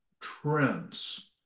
trends